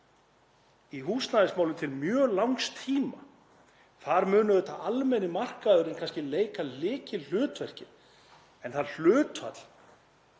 í húsnæðismálum til mjög langs tíma. Þar mun auðvitað almenni markaðurinn kannski leika lykilhlutverkið en það hlutverk